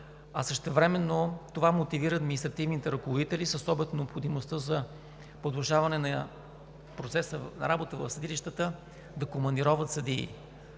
а същевременно това мотивира административните ръководители с оглед необходимостта за продължаване на процеса на работа в съдилищата да командироват съдии.